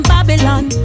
Babylon